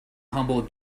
humble